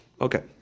Okay